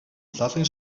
лалын